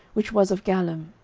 which was of gallim.